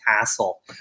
castle